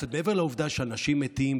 מעבר לעובדה שאנשים מתים,